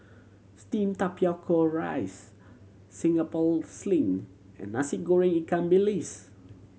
steamed tapioca rice Singapore Sling and Nasi Goreng ikan bilis